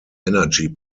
energy